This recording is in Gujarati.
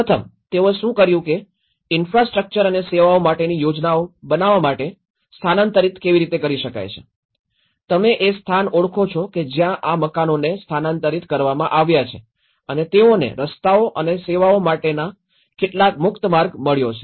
પ્રથમ તેઓએ શું કર્યું કે ઇન્ફ્રાસ્ટ્રક્ચર અને સેવાઓ માટેની યોજના બનાવવા માટે સ્થાનાંતરિત કેવી રીતે કરી શકાય છે તમે એ સ્થાન ઓળખો છો કે જ્યાં આ મકાનોને સ્થાનાંતરિત કરવામાં આવ્યા છે અને તેઓને રસ્તાઓ અને સેવાઓ માટેનો કેટલાક મુક્ત માર્ગ મળ્યો છે